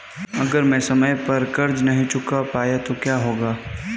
अगर मैं समय पर कर्ज़ नहीं चुका पाया तो क्या होगा?